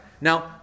Now